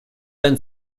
ein